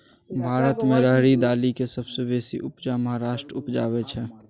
भारत मे राहरि दालिक सबसँ बेसी उपजा महाराष्ट्र उपजाबै छै